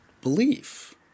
belief